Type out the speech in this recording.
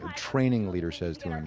training leader says to him,